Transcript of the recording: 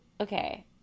okay